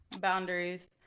boundaries